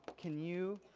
can you,